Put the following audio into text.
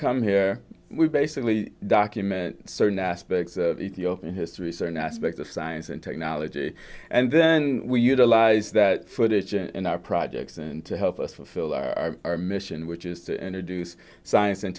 come here we basically document certain aspects of ethiopian history certain aspects of science and technology and then we utilize that footage in our projects and to help us fulfill our mission which is to enter dues science and